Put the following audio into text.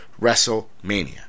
WrestleMania